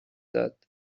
داد